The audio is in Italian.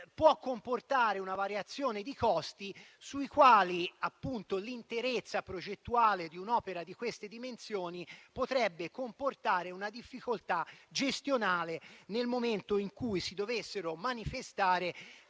può determinare una variazione dei costi, sui quali l'interezza progettuale di un'opera di queste dimensioni potrebbe comportare una difficoltà gestionale nel momento in cui si dovessero manifestare